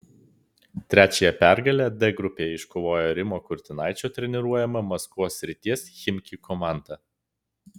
trečiąją pergalę d grupėje iškovojo rimo kurtinaičio treniruojama maskvos srities chimki komanda